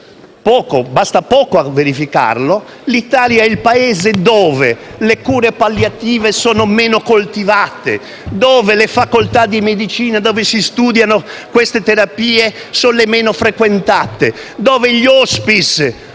caso - basta poco a verificarlo - l'Italia è il Paese dove le cure palliative sono meno coltivate, dove le facoltà di medicina dove si studiano queste terapie sono le meno frequentate, dove gli *hospice*,